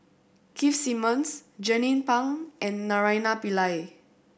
Keith Simmons Jernnine Pang and Naraina Pillai